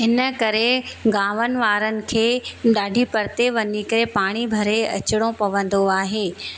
हिन करे गावनि वारनि खे ॾाढी परिते वञी करे पाणी भरे अचिणो पवंदो आहे